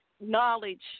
knowledge